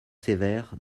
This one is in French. sévère